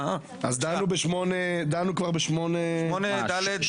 דנו ב-8ד.